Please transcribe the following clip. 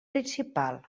principal